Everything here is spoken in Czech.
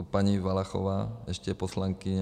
Paní Valachová ještě je poslankyně.